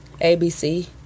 ABC